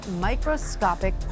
Microscopic